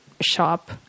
shop